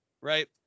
right